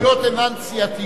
ההסתייגויות אינן סיעתיות.